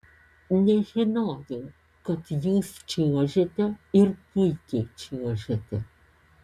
nežinojau kad jūs čiuožiate ir puikiai čiuožiate